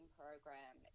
program